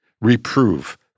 Reprove